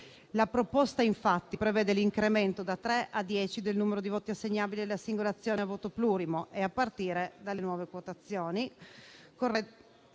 La proposta, infatti, prevede l'incremento da tre a dieci del numero di voti assegnabili alla singola azione a voto plurimo e a partire dalle nuove quotazioni.